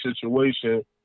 situation